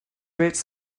roots